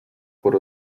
por